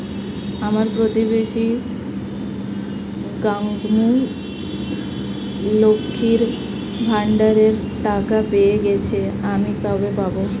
আমার প্রতিবেশী গাঙ্মু, লক্ষ্মীর ভান্ডারের টাকা পেয়ে গেছে, আমি কবে পাব?